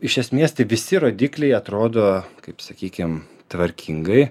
iš esmės tai visi rodikliai atrodo kaip sakykim tvarkingai